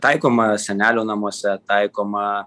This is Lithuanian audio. taikoma senelių namuose taikoma